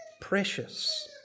precious